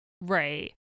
Right